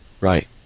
Right